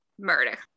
murder